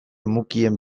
mukien